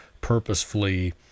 purposefully